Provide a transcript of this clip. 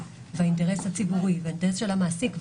והאינטרס הציבורי והאינטרס של המעסיק,